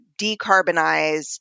decarbonize